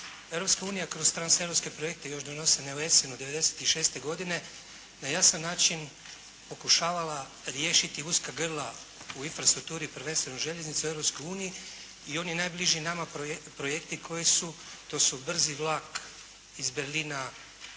kroz transeuropske projekte još donesene u Essenu 96. godine, na jasan način pokušavala riješiti uska grla u infrastrukturi prvenstveno željeznice u Europskoj uniji i oni najbliži nama projekti koji su to su brzi vlak iz Berlina,